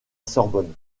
sorbonne